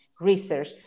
research